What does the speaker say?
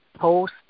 post